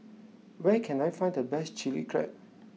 where can I find the best Chilli Crab